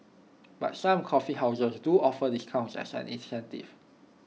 but some coffee houses do offer discounts as an incentive